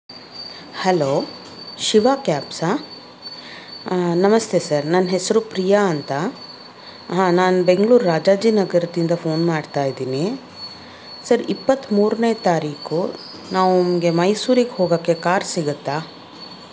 hello Shiva ಕ್ಯಾಬ್ಸಾ ನಮಸ್ತೆ sir ನನ್ನ ಹೆಸರು ಪ್ರಿಯಾ ಅಂತ ಹಾಂ ನಾನು ಬೆಂಗ್ಳೂರು ರಾಜಾಜಿನಗರದಿಂದ ಫೋನ್ ಮಾಡ್ತಾ ಇದ್ದೀನಿ ಸರ್ ಇಪ್ಪತ್ತ್ಮೂರನೇ ತಾರೀಕು ನಾವುಂಗೆ ಮೈಸೂರಿಗೆ ಹೋಗೋಕ್ಕೆ ಕಾರ್ ಸಿಗತ್ತಾ